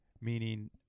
meaning